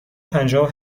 پنجاه